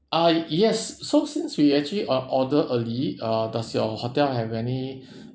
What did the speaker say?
uh yes so since we actually uh order early uh does your hotel have any